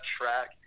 track